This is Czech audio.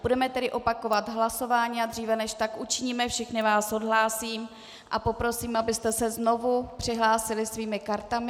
Budeme tedy opakovat hlasování, a dříve než tak učiníme, všechny vás odhlásím a poprosím, abyste se znovu přihlásili svými kartami.